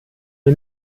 mir